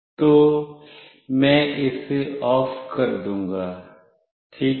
तो मैं इसे OFF कर दूँगा ठीक है